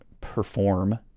perform